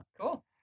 Cool